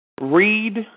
Read